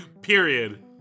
Period